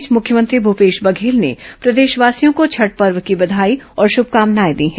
इस बीच मुख्यमंत्री भूपेश बघेल ने प्रदेशवासियों को छठ पर्व की बघाई और श्र्मकामनाएं दी हैं